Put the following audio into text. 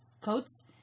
Coats